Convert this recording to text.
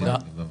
בבקשה.